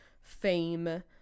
fame